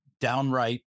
downright